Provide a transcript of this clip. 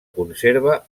conserva